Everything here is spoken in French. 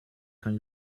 quand